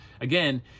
Again